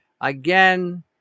again